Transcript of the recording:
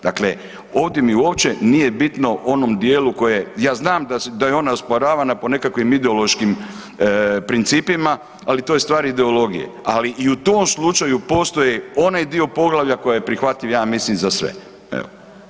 Dakle, ovdje mi uopće nije bitno u onom dijelu koje, ja znam da je ona osporavana po nekakvim ideološkim principima, ali to je stvar ideologije, ali i u tom slučaju postoji onaj dio poglavlja koji je prihvatljiv ja mislim za sve, evo.